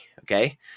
Okay